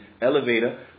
elevator